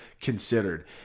considered